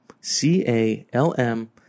C-A-L-M